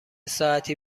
ساعتی